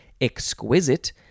Exquisite